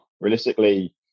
Realistically